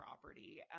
property